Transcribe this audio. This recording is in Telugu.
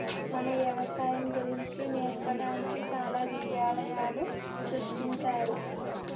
మన యవసాయం గురించి నేర్పడానికి చాలా విద్యాలయాలు సృష్టించారు